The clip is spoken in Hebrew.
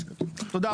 תודה רבה.